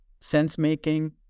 sense-making